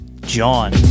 John